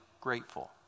grateful